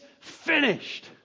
finished